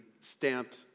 stamped